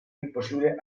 impossible